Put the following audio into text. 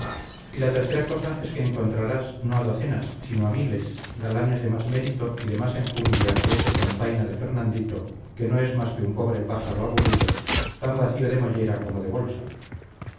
y la tercera cosa es que encontrarás no a docenas sino a miles galanes de más mérito y de más enjundia que ese tontaina de fernandito que no es más que un pobre pájaro aburrido tan vacío de mollera como de bolsa